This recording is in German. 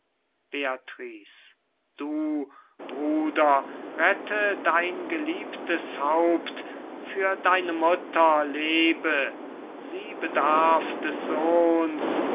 du bruder rette dein geliebtes haupt für deine mutter lebe sie bedarf des sohnes